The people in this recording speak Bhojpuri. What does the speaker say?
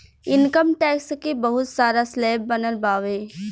इनकम टैक्स के बहुत सारा स्लैब बनल बावे